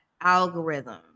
algorithm